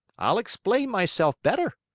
i'll explain myself better,